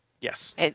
Yes